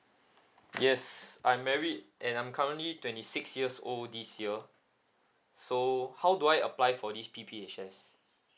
yes I'm married and I'm currently twenty six years old this year so how do I apply for this P_P_H_S